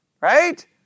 right